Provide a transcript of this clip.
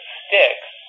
sticks